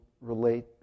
relate